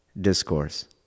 discourse